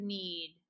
need